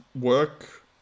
work